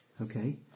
Okay